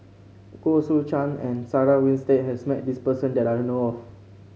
Goh Soo Chan and Sarah Winstedt has met this person that I know of